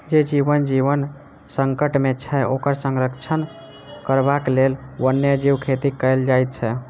जे जीवक जीवन संकट मे छै, ओकर संरक्षण करबाक लेल वन्य जीव खेती कयल जाइत छै